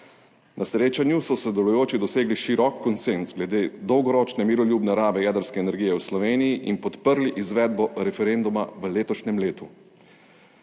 Na srečanju so sodelujoči dosegli širok konsenz glede dolgoročne miroljubne rabe jedrske energije v Sloveniji in podprli izvedbo referenduma v letošnjem letu.